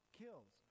kills